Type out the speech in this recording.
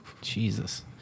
Jesus